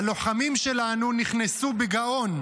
הלוחמים שלנו נכנסו בגאון,